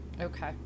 Okay